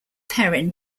perrin